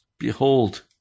Behold